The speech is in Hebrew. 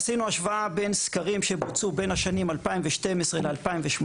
עשינו השוואה בין סקרים שבוצעו בין השנים 2012 ל-2018.